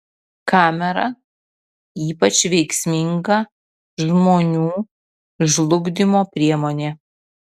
kamera ypač veiksminga žmonių žlugdymo priemonė